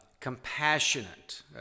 Compassionate